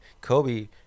Kobe